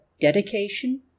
Dedication